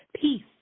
peace